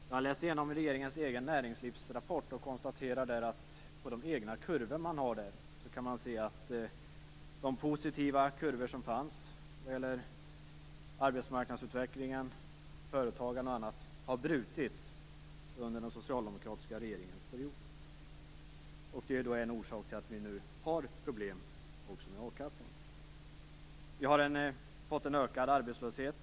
Jag har läst igenom regeringens egen näringslivsrapport och konstaterat att de positiva kurvor som fanns för arbetsmarknadsutvecklingen, bl.a. för företag, har brutits under den socialdemokratiska regeringens period. Det är en orsak till att vi nu har problem också med a-kassan. Vi har fått en ökad arbetslöshet.